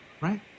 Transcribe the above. right